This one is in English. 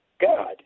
God